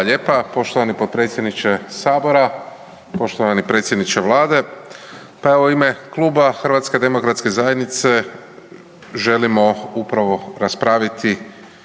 lijepa poštovani potpredsjedniče sabora, poštovani predsjedniče vlade. Pa evo u ime Kluba HDZ-a želimo upravo raspraviti